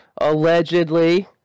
Allegedly